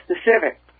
specific